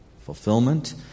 fulfillment